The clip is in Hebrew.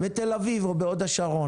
בתל אביב או בהוד השרון.